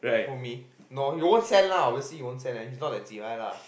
who me no he won't send lah obviously he won't send leh he is not that cheebye lah